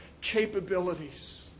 capabilities